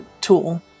tool